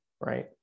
Right